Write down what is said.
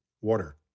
water